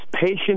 patient